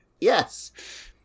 yes